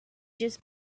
just